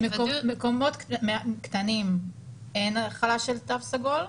מקומות קטנים אין החלה של תו סגול,